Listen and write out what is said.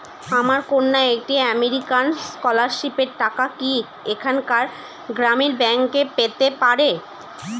আমার কন্যা একটি আমেরিকান স্কলারশিপের টাকা কি এখানকার গ্রামীণ ব্যাংকে পেতে পারে?